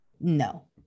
no